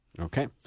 Okay